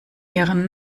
ihren